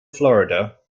florida